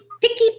Picky